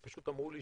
פשוט אמרו לי